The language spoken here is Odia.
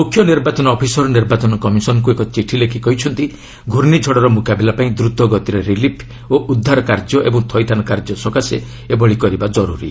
ମୁଖ୍ୟ ନିର୍ବାଚନ ଅଫିସର ନିର୍ବାଚନ କମିଶନ୍ଙ୍କୁ ଏକ ଚିଠି ଲେଖି କହିଛନ୍ତି ଘର୍ଷ୍ଣିଝଡ଼ର ମ୍ରକାବିଲା ପାଇଁ ଦ୍ରତଗତିରେ ରିଲିଫ୍ ଓ ଉଦ୍ଧାର କାର୍ଯ୍ୟ ଏବଂ ଥଇଥାନ କାର୍ଯ୍ୟ ସକାଶେ ଏଭଳି କରିବା କରୁରୀ